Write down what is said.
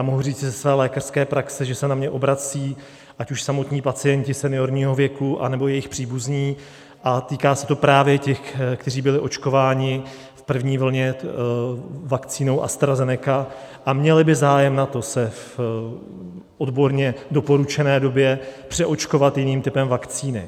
mohu říct ze své lékařské praxe, že se na mě obracejí ať už samotní pacienti seniorního věku, nebo jejich příbuzní, a týká se to právě těch, kteří byli očkováni v první vlně vakcínou AstraZeneca a měli by zájem o to se v odborně doporučené době přeočkovat jiným typem vakcíny.